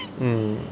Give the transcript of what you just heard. mm